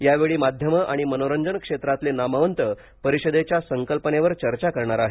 यावेळी माध्यमं आणि मनोरंजन क्षेत्रातले नामवंत परिषदेच्या संकल्पनेवर चर्चा करणार आहेत